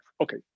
Okay